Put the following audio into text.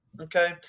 Okay